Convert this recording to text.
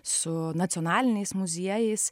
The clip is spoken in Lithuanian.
su nacionaliniais muziejais